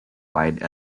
wide